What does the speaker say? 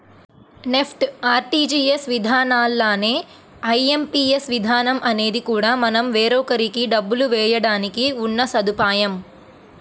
NEFT, RTGS విధానాల్లానే IMPS విధానం అనేది కూడా మనం వేరొకరికి డబ్బులు వేయడానికి ఉన్న సదుపాయం